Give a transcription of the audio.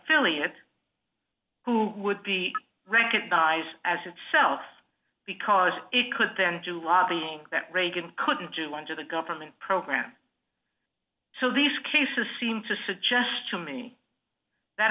philly it who would be recognized as itself because it could then do lobbying that reagan couldn't do under the government program so these cases seem to suggest to me that